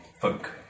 folk